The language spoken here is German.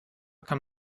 kann